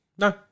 No